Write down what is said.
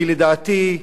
כי לדעתי,